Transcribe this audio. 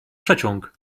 przeciąg